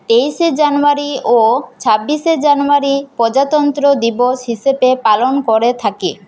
তেইশে জানুয়ারি ও ছাব্বিশে জানুয়ারি প্রজাতন্ত্র দিবস হিসেবে পালন করে থাকি